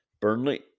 Burnley